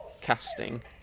casting